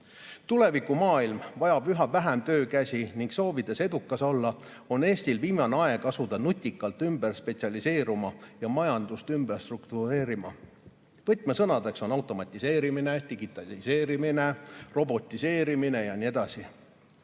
Tulevikumaailm vajab üha vähem töökäsi ning soovides edukas olla, on Eestil viimane aeg asuda nutikalt ümber spetsialiseeruma ja majandust ümber struktureerima. Võtmesõnadeks on automatiseerimine, digitaliseerimine, robotiseerimine ja nii edasi.